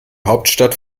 hauptstadt